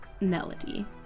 Melody